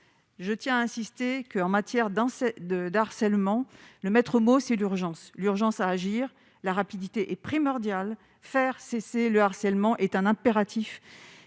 je tiens à insister que en matière dans ce de d'harcèlement le maître mot, c'est l'urgence, l'urgence à agir, la rapidité est primordial, faire cesser le harcèlement est un impératif